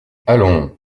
allons